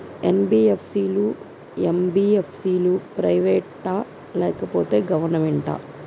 NBFC లు, MBFC లు private ఆ లేకపోతే గవర్నమెంటా?